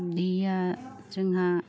गैया जोंहा